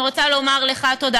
אני רוצה לומר לך תודה,